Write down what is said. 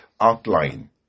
outline